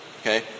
Okay